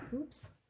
Oops